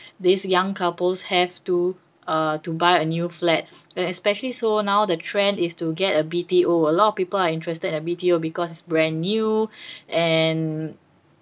these young couples have to uh to buy a new flats and especially so now the trend is to get a B_T_O a lot of people are interested in a B_T_O because it's brand new and